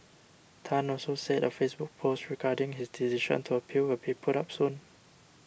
Tan also said a Facebook post regarding his decision to appeal will be put up soon